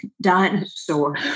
dinosaur